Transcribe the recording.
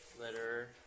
Letter